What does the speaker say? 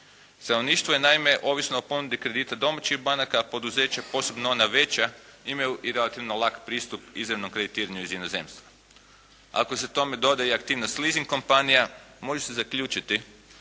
Stanovništvo je naime ovisno o ponudi kredita domaćih banaka, a poduzeća, posebno ona veća imaju i relativno lak pristup izravnom kreditiranju iz inozemstva. Ako se tome doda i aktivnost leasing kompanija može se zaključiti